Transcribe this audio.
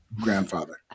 grandfather